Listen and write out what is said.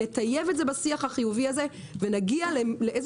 נטייב את זה בשיח החיובי הזה ונגיע לאיזה